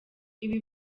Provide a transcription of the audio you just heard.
ibi